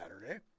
Saturday